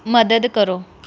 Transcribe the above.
ਮਦਦ ਕਰੋ